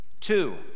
Two